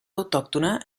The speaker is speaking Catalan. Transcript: autòctona